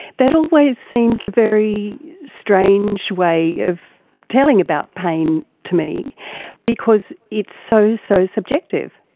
that always seems a very strange way of telling about pain to me because it's so, so subjective.